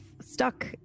stuck